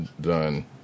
done